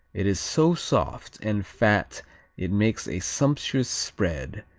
it is so soft and fat it makes a sumptuous spread,